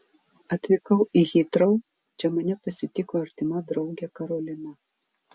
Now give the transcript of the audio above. atvykau į hitrou čia mane pasitiko artima draugė karolina